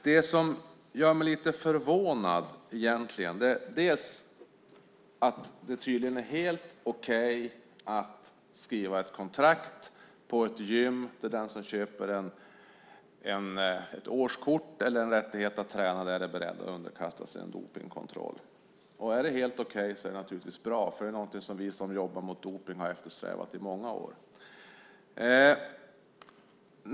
Det som gör mig lite förvånad är att det tydligen är helt okej att skriva ett kontrakt på ett gym att den som köper ett årskort eller en rättighet att träna där är beredd att underkasta sig en dopningskontroll. Är det helt okej är det naturligtvis bra. Det är någonting som vi som jobbar mot dopning har eftersträvat i många år.